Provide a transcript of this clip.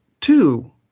two